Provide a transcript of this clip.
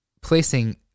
placing